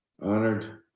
Honored